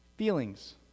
Feelings